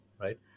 right